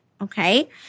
okay